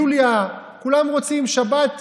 יוליה, כולם רוצים שבת,